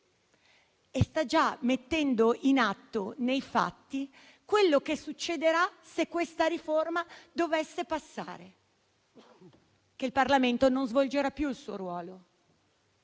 e sta già mettendo in atto, nei fatti, quanto succederà se questa riforma dovesse passare. Il Parlamento non svolgerà più il suo ruolo.